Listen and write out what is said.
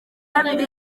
kabiri